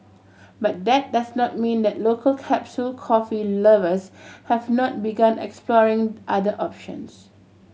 but that does not mean that local capsule coffee lovers have not begun exploring other options